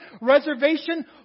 reservation